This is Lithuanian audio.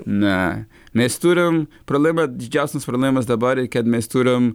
ne mes turim pralaimėt didžiausias problemas dabar reikia nes turim